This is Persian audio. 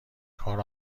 کار